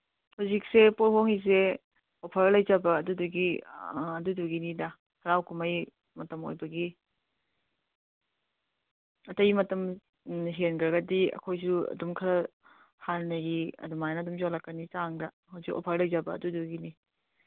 ꯍꯧꯖꯤꯛꯁꯦ ꯄꯣꯠ ꯍꯣꯡꯉꯤꯁꯦ ꯑꯣꯐꯔ ꯂꯩꯖꯕ ꯑꯗꯨꯗꯨꯒꯤ ꯑꯗꯨꯗꯨꯒꯤꯅꯤꯗ ꯍꯔꯥꯎ ꯀꯨꯝꯍꯩ ꯃꯇꯝ ꯑꯣꯏꯕꯒꯤ ꯑꯇꯩ ꯃꯇꯝ ꯍꯦꯟꯒ꯭ꯔꯒꯗꯤ ꯑꯩꯈꯣꯏꯁꯨ ꯑꯗꯨꯝ ꯈꯔ ꯍꯥꯟꯅꯒꯤ ꯑꯗꯨꯃꯥꯏ ꯑꯗꯨꯝ ꯌꯣꯜꯂꯛꯀꯅꯤ ꯆꯥꯡꯗ ꯍꯧꯖꯤꯛ ꯑꯣꯐꯔ ꯂꯩꯖꯕ ꯑꯗꯨꯗꯨꯒꯤꯅꯤ